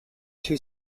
two